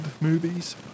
movies